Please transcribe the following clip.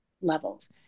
levels